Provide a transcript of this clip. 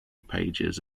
pages